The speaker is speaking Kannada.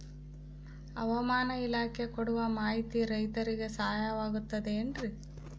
ಹವಮಾನ ಇಲಾಖೆ ಕೊಡುವ ಮಾಹಿತಿ ರೈತರಿಗೆ ಸಹಾಯವಾಗುತ್ತದೆ ಏನ್ರಿ?